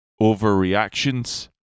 overreactions